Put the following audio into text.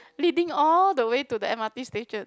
leading all the way to the M_R_T station